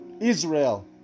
Israel